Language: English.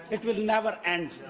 it would never end.